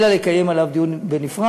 אלא לקיים עליו דיון בנפרד,